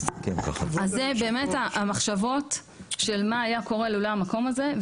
אז זה באמת המחשבות של מה היה קורה לולא המקום הזה.